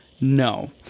No